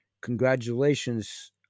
Congratulations